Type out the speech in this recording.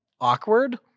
awkward